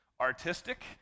artistic